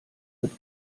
wird